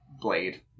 Blade